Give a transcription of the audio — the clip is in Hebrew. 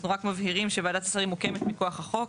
אנחנו רק מבהירים שוועדת שרים מוקמת מכוח החוק.